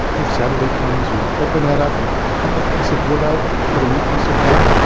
and saturday comes, you open that up, you cut that piece of wood out and put a new piece of wood